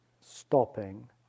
stopping